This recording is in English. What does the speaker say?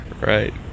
right